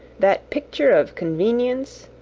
that picture of convenience,